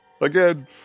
again